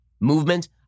movement